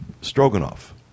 stroganoff